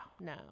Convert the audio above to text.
No